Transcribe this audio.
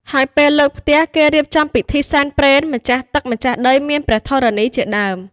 ហើយពេលលើកផ្ទះ គេរៀបចំពិធីសែនព្រេនម្ចាស់ទឹក ម្ចាស់ដី មានព្រះធរណីជាដើម។